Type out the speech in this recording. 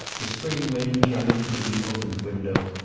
the spring wind came in through the opened window,